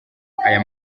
aya